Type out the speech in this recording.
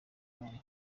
ntoya